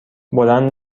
بلند